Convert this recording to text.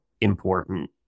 important